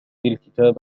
الكتاب